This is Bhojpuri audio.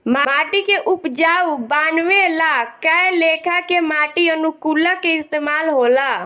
माटी के उपजाऊ बानवे ला कए लेखा के माटी अनुकूलक के इस्तमाल होला